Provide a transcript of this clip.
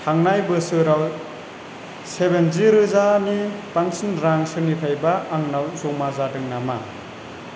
थांनाय बोसोराव जि रोजानि बांसिन रां सोरनिफ्रायबा आंनाव जमा जादों नामा